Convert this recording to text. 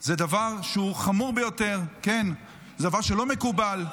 זה דבר שהוא חמור ביותר, כן, זה דבר שלא מקובל.